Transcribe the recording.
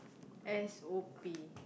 S_O_P